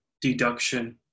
deduction